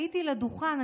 עליתי לדוכן,